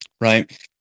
right